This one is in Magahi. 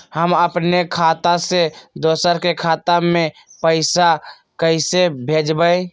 हम अपने खाता से दोसर के खाता में पैसा कइसे भेजबै?